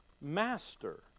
Master